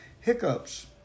hiccups